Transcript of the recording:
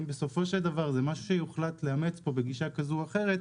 אם בסופו של דבר זה משהו שיוכל תהיות מאומץ פה בגישה כזאת או אחרת,